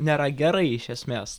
nėra gerai iš esmės